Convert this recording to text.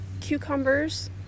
cucumbers